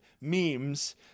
memes